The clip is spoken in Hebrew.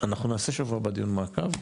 ואנחנו נעשה שבוע הבא דיון מעכב,